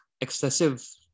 excessive